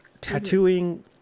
tattooing